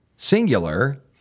singular